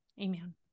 Amen